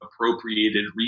appropriated